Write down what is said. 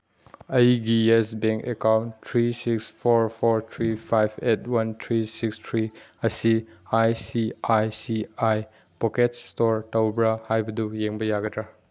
ꯑꯩꯒꯤ Yes Bank account three six four four three five eight one three six three ꯑꯁꯤ I C I C I pockets store ꯇꯧꯕ꯭ꯔꯥ ꯍꯥꯏꯕꯗꯨ ꯌꯦꯡꯕ ꯌꯥꯒꯗ꯭ꯔꯥ